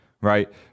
right